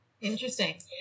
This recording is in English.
Interesting